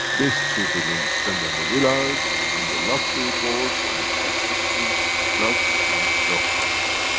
these two billion spent on the villas, on the luxury boats, on the prostitutes, drugs and drugs parties.